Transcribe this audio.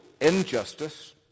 injustice